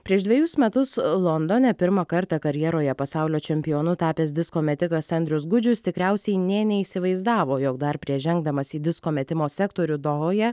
prieš dvejus metus londone pirmą kartą karjeroje pasaulio čempionu tapęs disko metikas andrius gudžius tikriausiai nė neįsivaizdavo jog dar prieš žengdamas į disko metimo sektorių dohoje